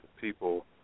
people